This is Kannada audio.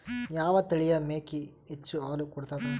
ಯಾವ ತಳಿಯ ಮೇಕಿ ಹೆಚ್ಚ ಹಾಲು ಕೊಡತದ?